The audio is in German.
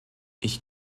ich